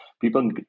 people